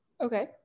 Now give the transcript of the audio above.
Okay